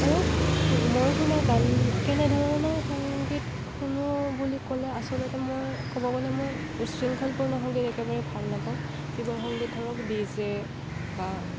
মই কোনো গান কেনেধৰণৰ সংগীত শুনো বুলি ক'লে আচলতে মই কব গ'লে মই উছৃংখলপূৰ্ণ সংগীত একেবাৰে ভাল নাপাওঁ যিবোৰ সংগীত ধৰক ডিজে বা